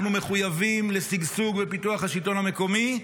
אנחנו מחויבים לשגשוג ופיתוח השלטון המקומי,